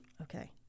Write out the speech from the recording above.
okay